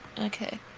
okay